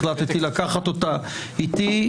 החלטתי לקחת אותה איתי.